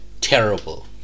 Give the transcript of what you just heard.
Terrible